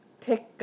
pick